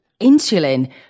insulin